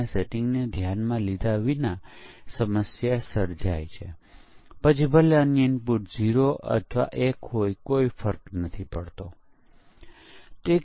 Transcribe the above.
પરીક્ષણ પરિણામ પાસ અથવા નિષ્ફળ અને જો નિષ્ફળ થાય તો નિષ્ફળતાની વિગતો શું છે ખરેખર શું થયું છે અને પછી ફિક્સ સ્થિતિ છે તે શું છે